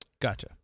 Gotcha